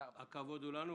הכבוד הוא לנו.